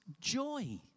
joy